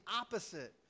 opposite